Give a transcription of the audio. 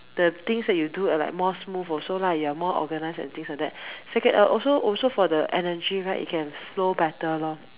the things that you do are like more smooth also lah you're more organized and things like that second uh also for the energy right it can flow better lor